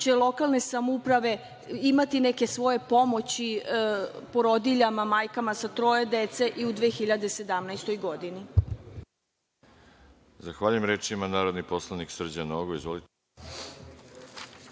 će lokalne samouprave imati neke svoje pomoći porodiljama, majkama sa troje dece i u 2017. godini?